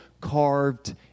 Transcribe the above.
carved